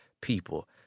people